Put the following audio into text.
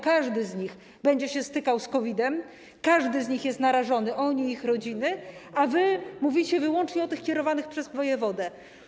Każdy z nich będzie się stykał z COVID-em, każdy z nich jest narażony, oni i ich rodziny, a wy mówicie wyłącznie o tych kierowanych przez wojewodę.